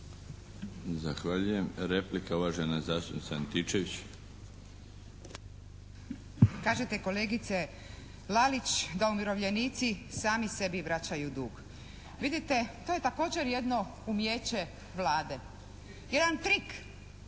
**Antičević Marinović, Ingrid (SDP)** Kažete kolegice Lalić da umirovljenici sami sebi vraćaju dug. Vidite, to je također jedno umijeće Vlade, jedan trik